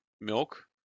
milk